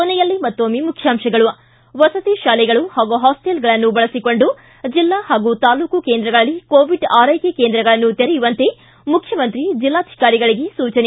ಕೊನೆಯಲ್ಲಿ ಮತ್ತೊಮ್ನೆ ಮುಖ್ಯಾಂಶಗಳು ಿ ವಸತಿ ತಾಲೆಗಳು ಹಾಗೂ ಹಾಸ್ಲೆಲ್ಗಳನ್ನು ಬಳಸಿಕೊಂಡು ಜಿಲ್ಲಾ ಹಾಗೂ ತಾಲೂಕು ಕೇಂದ್ರಗಳಲ್ಲಿ ಕೋವಿಡ್ ಆರೈಕೆ ಕೇಂದ್ರಗಳನ್ನು ತೆರೆಯುವಂತೆ ಮುಖ್ಯಮಂತ್ರಿ ಜಿಲ್ಲಾಧಿಕಾರಿಗಳಿಗೆ ಸೂಚನೆ